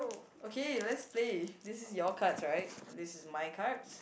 okay let's play this is your cards right this is my cards